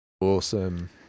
Awesome